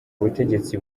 ubutegetsi